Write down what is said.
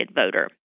voter